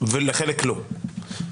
ולחלק לא.